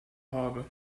habe